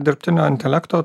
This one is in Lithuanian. dirbtinio intelekto